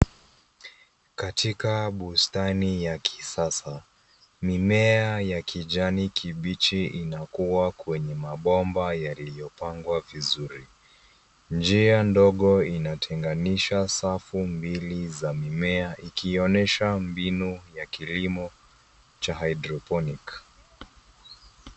Katika bustani ya kisasa mimea ya kijani kibichi inakuwa kwenye mabomba yaliyopangwa vizuri. Njia ndogo inatenganisha safu mbili za mimea ikionyesha mbinu ya kilimo cha hydroponic